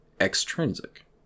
extrinsic